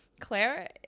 Claire